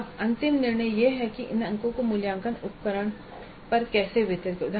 अब अंतिम निर्णय यह है कि इन अंकों को मूल्यांकन उपकरणों पर कैसे वितरित किया जाए